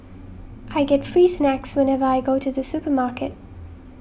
I get free snacks whenever I go to the supermarket